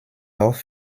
noch